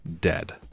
dead